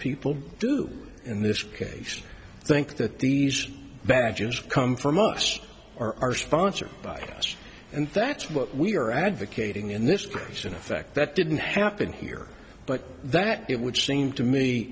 people do in this case think that these badges come from us or are sponsored by us and that's what we're advocating in this case in effect that didn't happen here but that it would seem to me